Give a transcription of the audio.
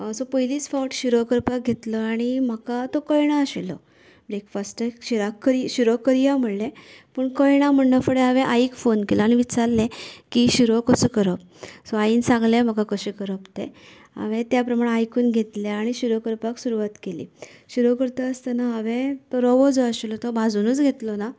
so पयलीच फावट शिरो करपाक घेतलो आनी म्हाका तो कळना आशिल्लो ब्रेकफास्टाक शिराक शिरो करया म्हळें पूण कळना म्हणना फुडें हांवे आईक फोन केलो आनी विचारले की शिरो कसो करप सो आईन सांगले म्हाका कसो करप तें हांवे त्या प्रमाणे आयकून घेतलें आनी शिरो करपाक सुरवात केली शिरो करता आसतना हांवे तो रवो जो आशिल्लो तो भाजूनच घेतलो ना